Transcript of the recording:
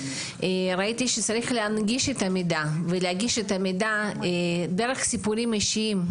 ראיתי שצריך להנגיש את המידע והגיש את המידע דרך סיפורים אישיים,